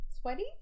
Sweaty